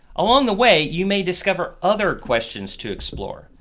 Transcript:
along the way you may discover other questions to explore.